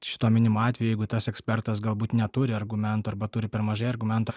šito minimu atveju jeigu tas ekspertas galbūt neturi argumentų arba turi per mažai argumentų